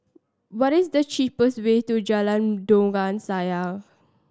what is the cheapest way to Jalan Dondang Sayang